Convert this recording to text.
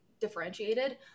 differentiated